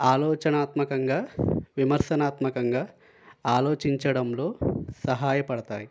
ఆలోచనాత్మకంగా విమర్శనాత్మకంగా ఆలోచించడంలో సహాయపడతాయ్